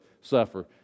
suffer